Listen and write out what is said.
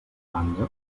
banda